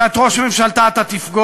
שאת ראש ממשלתה אתה תפגוש,